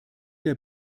der